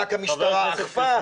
רק המשטרה אכפה.